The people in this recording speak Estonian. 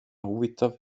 huvitav